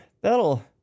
that'll